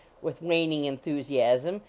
with waning enthusiasm.